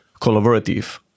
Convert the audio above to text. collaborative